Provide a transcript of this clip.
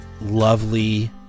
lovely